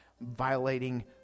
violating